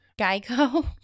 Geico